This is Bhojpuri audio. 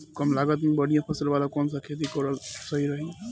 कमलागत मे बढ़िया फसल वाला कौन सा खेती करल सही रही?